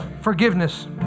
forgiveness